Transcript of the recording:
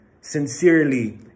Sincerely